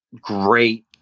great